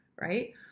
right